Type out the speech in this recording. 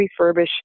refurbish